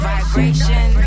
Vibration